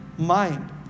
mind